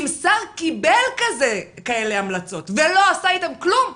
אם שר קיבל כאלה המלצות ולא עשה איתן כלום,